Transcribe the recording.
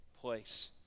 place